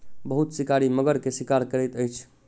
बहुत शिकारी मगर के शिकार करैत अछि